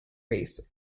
race